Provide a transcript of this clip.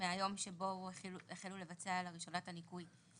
מהיום שבו החלו לבצע לראשונה את הניכוי.